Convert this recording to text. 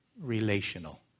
relational